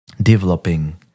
developing